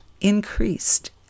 increased